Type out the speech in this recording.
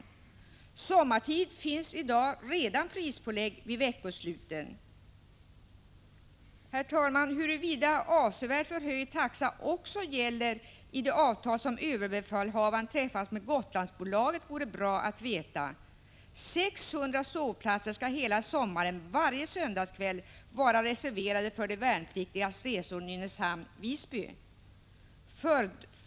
Under sommartid är det redan i dag prispålägg under veckosluten. Herr talman! Huruvida avsevärt förhöjd taxa också gäller i det avtal som överbefälhavaren träffat med Gotlandsbolaget vore bra att veta. 600 Prot. 1985/86:159 sovplatser skall hela sommaren varje söndagskväll vara reserverade på 2 juni 1986 sträckan Nynäshamn-Visby för de värnpliktiga.